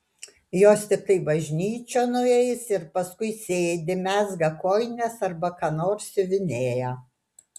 jos tiktai bažnyčion nueis ir paskui sėdi mezga kojines arba ką nors siuvinėja